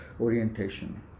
orientation